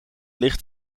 licht